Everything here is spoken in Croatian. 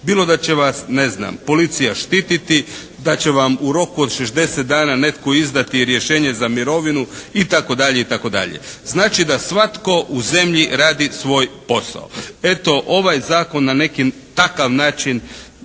bilo da će vas ne znam policija štititi, da će vam u roku od 60 dana netko izdati rješenje za mirovinu itd. itd. Znači, da svatko u zemlji radi svoj posao. Eto ovaj zakon na neki takav način